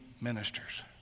ministers